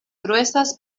gruesas